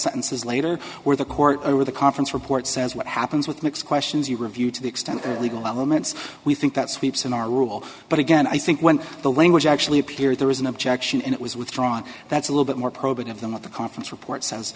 sentences later where the court over the conference report says what happens with next questions you review to the extent legal elements we think that sweeps in our rule but again i think when the language actually appeared there was an objection and it was withdrawn that's a little bit more probing of them of the conference report